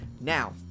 Now